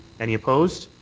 any opposed?